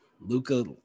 Luca